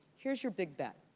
here's your big bet.